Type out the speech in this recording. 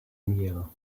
meal